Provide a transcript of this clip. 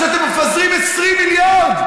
כשאתם מפזרים 20 מיליארד.